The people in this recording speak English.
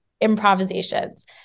improvisations